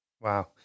Wow